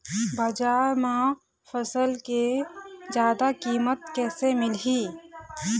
बजार म फसल के जादा कीमत कैसे मिलही?